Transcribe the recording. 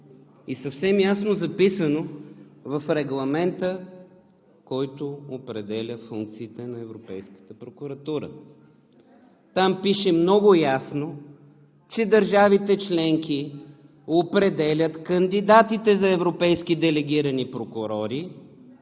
и съвсем ясно е записано в Регламента, който определя функциите на Европейската прокуратура. Там пише много ясно, че държавите членки определят кандидатите за европейски делегирани прокурори,